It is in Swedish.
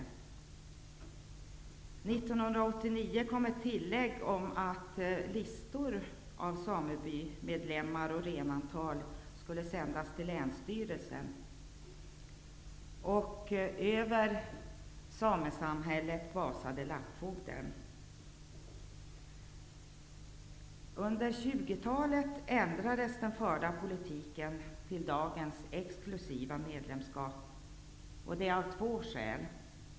År 1989 gjordes ett tillägg om att listor över medlemmar i samebyn och antalet renar skulle sändas till länsstyrelsen. Under 20-talet ändrades den förda politiken och man införde dagens exklusiva medlemskap. Man hade två skäl härför.